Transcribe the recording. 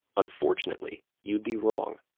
unfortunately, you'd be wrong.